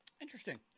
Interesting